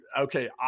okay